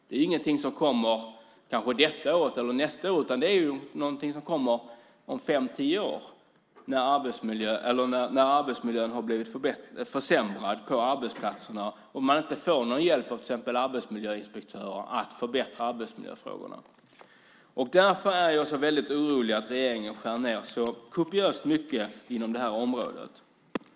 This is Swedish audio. Det är ingenting som kommer kanske detta år eller nästa år, utan det är något som kommer om fem-tio år när arbetsmiljön har blivit försämrad på arbetsplatserna och man inte får någon hjälp av till exempel arbetsmiljöinspektörer att förbättra arbetsmiljön. Därför är jag så orolig för att regeringen skär ned så kopiöst mycket inom det här området.